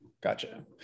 gotcha